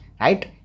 right